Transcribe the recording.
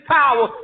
power